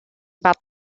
about